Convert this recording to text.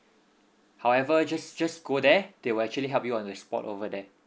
however just just go there they will actually help you on the spot over there